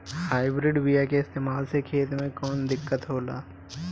Hybrid बीया के इस्तेमाल से खेत में कौन दिकत होलाऽ?